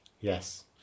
Yes